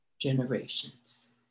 generations